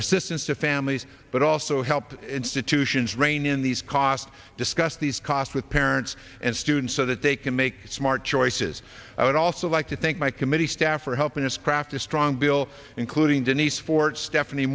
assistance to families but also help institutions rein in these costs discuss these costs with parents and students so that they can make smart choices i would also like to thank my committee staff are helping us craft a strong bill including denise forte stephanie